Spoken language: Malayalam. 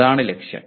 അതാണ് ലക്ഷ്യം